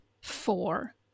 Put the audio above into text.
four